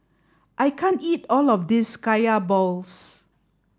I can't eat all of this kaya balls